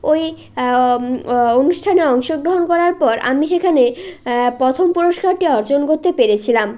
ওই অনুষ্ঠানে অংশগ্রহণ করার পর আমি সেখানে প্রথম পুরস্কারটি অর্জন করতে পেরেছিলাম